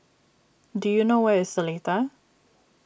do you know where is Seletar